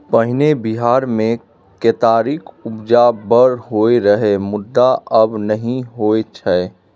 पहिने बिहार मे केतारीक उपजा बड़ होइ रहय मुदा आब नहि होइ छै